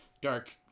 dark